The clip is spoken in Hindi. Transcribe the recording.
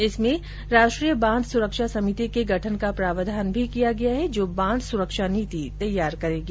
इसमें राष्ट्रीय बांध सुरक्षा समिति के गठन का प्रावधान भी किया गया है जो बांध सुरक्षा नीति तैयार करेगा